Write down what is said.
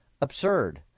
absurd